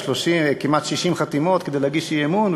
כמעט 60 חתימות כדי להגיש אי-אמון,